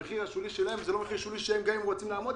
המחיר השולי שלהם זה לא מחיר שולי גם אם רוצים לעמוד,